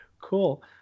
cool